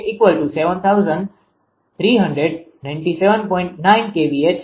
9 kVA છે